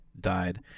died